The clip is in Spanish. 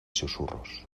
susurros